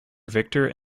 victor